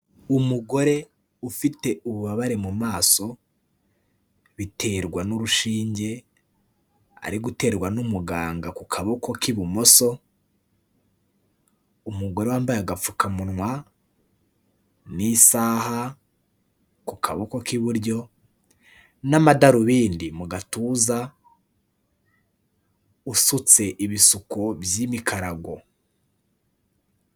Umugore ufite ububabare mu maso biterwa n'urushinge ari guterwa n'umuganga ku kaboko k'ibumoso umugore wambaye agapfukamunwa n'isaha ku kaboko k'iburyo n'amadarubindi mu gatuza usutse ibisuko by'imikarago.